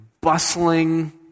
bustling